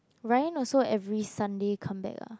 Ryan also every Sunday come back ah